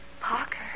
Parker